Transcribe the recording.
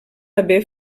haver